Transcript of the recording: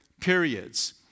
periods